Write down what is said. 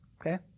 Okay